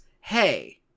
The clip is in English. Hey